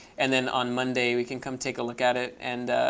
and then on monday, we can come take a look at it and